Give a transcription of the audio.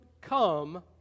come